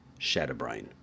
shatterbrain